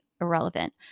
irrelevant